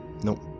Nope